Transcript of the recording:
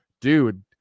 dude